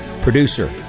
producer